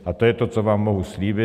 A to je to, co vám mohu slíbit.